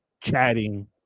chatting